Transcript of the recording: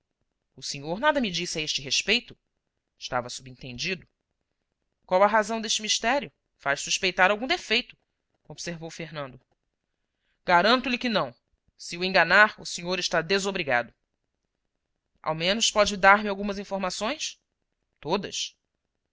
o senhor nada me disse a este respeito estava subentendido qual a razão deste mistério faz suspeitar algum defeito observou fernando garanto lhe que não se o enganar o senhor está desobrigado ao menos pode dar-me algumas informações todas